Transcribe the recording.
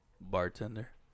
Bartender